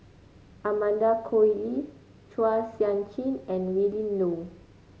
Amanda Koe Lee Chua Sian Chin and Willin Low